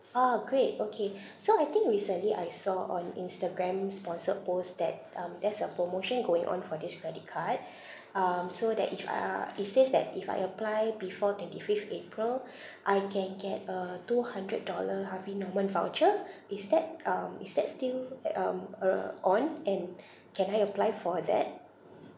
ah great okay so I think recently I saw on instagram sponsored post that um there's a promotion going on for this credit card um so that if I uh it says that if I apply before twenty fifth april I can get a two hundred dollar harvey norman voucher is that um is that still a~ um uh on and can I apply for that